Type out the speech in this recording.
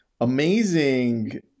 amazing